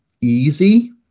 Easy